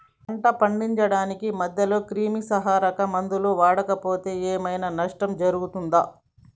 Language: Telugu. పంట పండించడానికి మధ్యలో క్రిమిసంహరక మందులు వాడకపోతే ఏం ఐనా నష్టం జరుగుతదా?